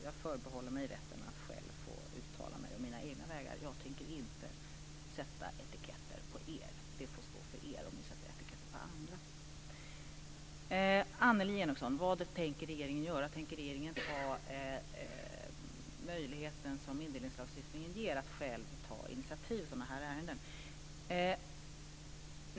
Jag förbehåller mig rätten att själv få uttala mig om mina egna vägar. Jag tänker inte sätta etiketter på er. Det får stå för er om ni vill sätta etiketter på andra. Annelie Enochson frågade vad regeringen tänker göra. Tänker regeringen ta den möjlighet som indelninglagstiftningen ger att själv ta initiativ i sådana här ärenden?